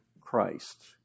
Christ